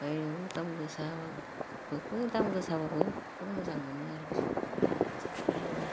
बायनायावबो दाम गोसा बयबो दाम गोसाबाबो बेखौनो मोजां मोनो आरखि बालाबाथिया थुरिखौनो